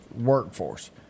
Workforce